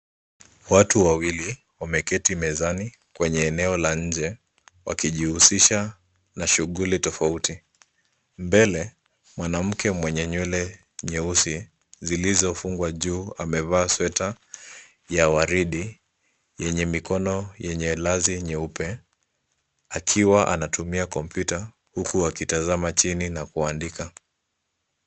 Watu wawili wameketi mezani kwenye eneo la nje wakijihusisha na shughuli tofauti. Mbele, mwanamke mwenye nywele nyeusi zilizofungwa juu amevaa sweta ya waridi yenye mikono yenye lazi nyeupe akiwa anatumia kompyuta huku akitazama chini na kuandika.